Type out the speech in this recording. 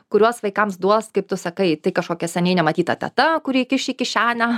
kuriuos vaikams duos kaip tu sakai tai kažkokia seniai nematyta teta kuri įkiš į kišenę